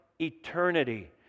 eternity